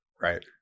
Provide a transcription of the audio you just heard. Right